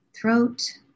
throat